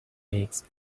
makes